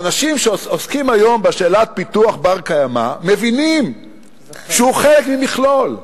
האנשים שעוסקים היום בשאלת פיתוח בר-קיימא מבינים שהוא חלק ממכלול.